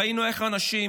ראינו איך אנשים